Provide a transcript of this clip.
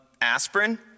aspirin